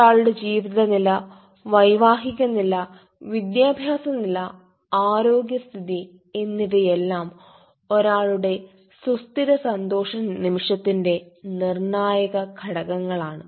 ഒരാളുടെ ജീവിത നില വൈവാഹിക നില വിദ്യാഭ്യാസ നില ആരോഗ്യസ്ഥിതി എന്നിവയെല്ലാം ഒരാളുടെ സുസ്ഥിര സന്തോഷ നിമിഷത്തിന്റെ നിർണ്ണായക ഘടകങ്ങളാണ്